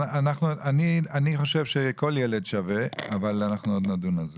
אני חושב שכל ילד שווה אבל אנחנו עוד נדון על כך.